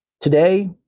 Today